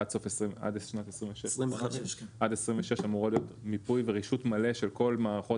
עד שנת 26 אמורה להיות מיפוי ורישות מלא של כל מערכות